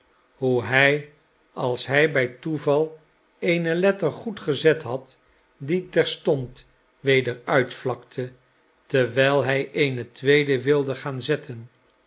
hoe hij als hij bij toeval eene letter goed gezet had die terstond weder uitvlakte terwijl hij eene tweede wilde gaan zetten